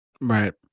Right